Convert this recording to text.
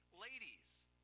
Ladies